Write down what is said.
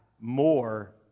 more